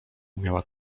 umiała